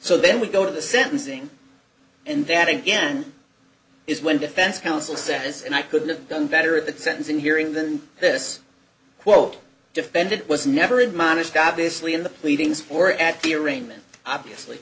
so then we go to the sentencing and that again is when defense counsel says and i couldn't have done better at the sentencing hearing than this quote defendant was never admonished obviously in the pleadings or at the arraignment obviously